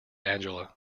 angela